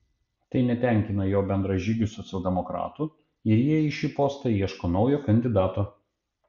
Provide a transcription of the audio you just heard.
tai netenkina jo bendražygių socialdemokratų ir jie į šį postą ieško naujo kandidato